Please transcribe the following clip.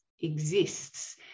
exists